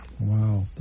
Wow